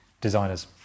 designers